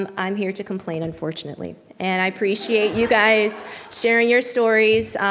um i'm here to complain unfortunately and i appreciate you guys sharing your stories.